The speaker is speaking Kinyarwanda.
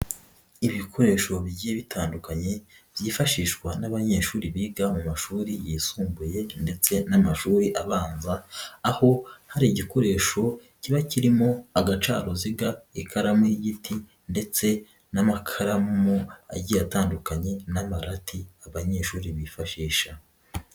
Ibikoresho bigiye bitandukanye byifashishwa n'abanyeshuri biga mu mashuri yisumbuye ndetse n'amashuri abanza aho hari igikoresho kiba kirimo agacaruziga, ikaramu y'igiti ndetse n'amakaramu agiye atandukanye n'amarati abanyeshuri bifashisha.